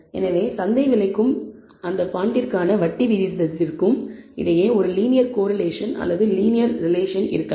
எனவே சந்தை விலைக்கும் அந்த பாண்டிற்கான வட்டி வீதத்திற்கும் இடையே ஒரு லீனியர் கோரிலேஷன் அல்லது லீனியர் ரிலேஷன் இருக்கலாம்